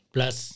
Plus